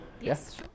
Yes